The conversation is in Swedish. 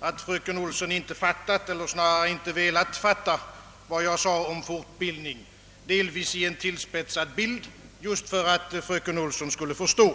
att fröken Olsson inte fattat eller snarare inte velat fatta vad jag sade om fortbildning, delvis i en tillspetsad bild just för att fröken Olsson skulle förstå.